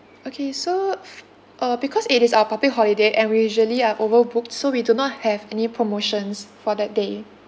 okay so uh because it is our public holiday and we usually are over booked so we do not have any promotions for that day